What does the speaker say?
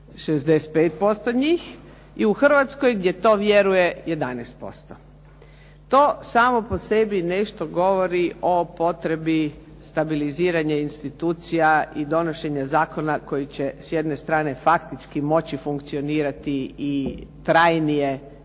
65% njih i u Hrvatskoj gdje to vjeruje 11%. To samo po sebi nešto govori o potrebi stabiliziranja institucija i donošenja zakona koji će s jedne strane faktički moći funkcionirati i trajnije